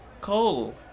cole